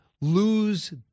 lose